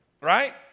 Right